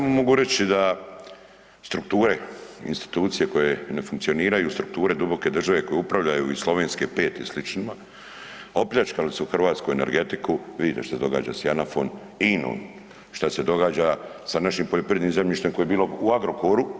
Ja samo mogu reći da strukture i institucije koje ne funkcioniraju strukture duboke države koje upravljaju iz Slovenske 5 i sl., opljačkali su hrvatsku energetiku, vidite što se događa s JANAF-om, INU šta se događa sa našim poljoprivrednim zemljištem koje je bilo u Agrokoru.